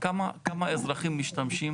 כמה אזרחים משתמשים